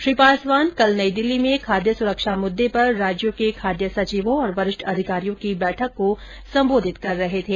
श्री पासवान कल नई दिल्ली में खाद्य सुरक्षा मुद्दे पर राज्यों के खाद्य सचिवों और वरिष्ठ अधिकारियों की बैठक को संबोधित कर रहे थे